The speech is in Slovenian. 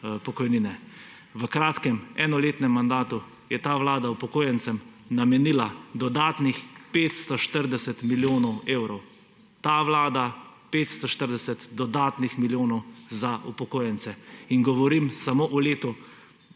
V kratkem enoletnem mandatu je ta vlada upokojencem namenila dodatnih 540 milijonov evrov, ta vlada – dodatnih 540 milijonov za upokojence; in govorim samo o letu